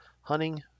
hunting